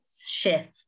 shift